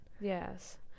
Yes